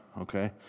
okay